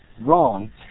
wrong